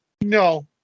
No